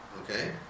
Okay